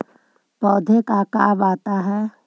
पौधे का काम आता है?